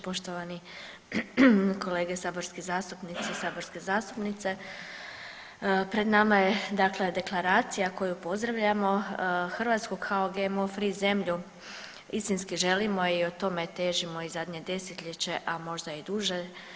Poštovani kolege saborski zastupnici i saborske zastupnice, pred nama je dakle deklaracija koju pozdravljamo Hrvatsku kao GMO free zemlju istinski želimo i o tome težimo i zadnje desetljeće, a možda i duže.